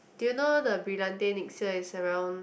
do you know the Brillante next year is around